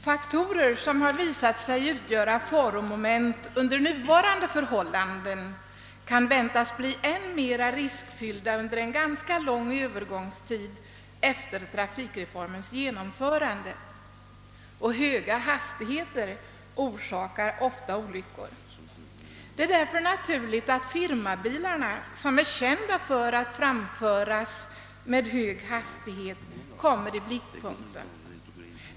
Faktorer som har visat sig utgöra faromoment under nuvarande förhållanden kan väntas bli än mera riskfyllda under en ganska lång övergångstid efter trafikreformens genomförande. Höga hastigheter orsakar också ofta olyckor. Det är därför givet att firmabilarna, som är kända för att framföras med hög hastighet, kommer i blickpunkten.